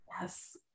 Yes